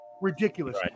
Ridiculous